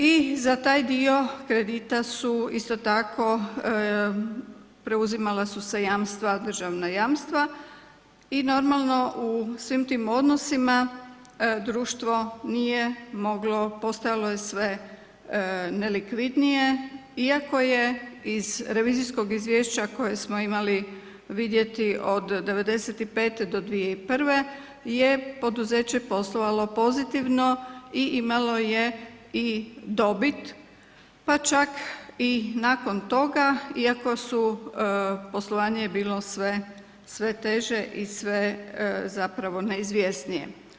I za taj dio kredita su isto tako preuzimala su se jamstva, državna jamstva i normalno u svim tim odnosima društvo nije moglo, postajalo je sve nelikvidnije, iako je iz revizijskog izvješća koje smo imali vidjeti od '95. do 2001. je poduzeće poslovalo pozitivno i imalo je i dobit pa čak i nakon toga, iako su poslovanje je bilo sve teže i sve neizvjesnije.